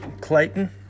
clayton